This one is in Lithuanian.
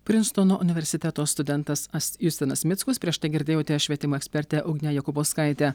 prinstono universiteto studentas justinas mickus prieš tai girdėjote švietimo ekspertę ugnė jakubauskaitė